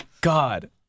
God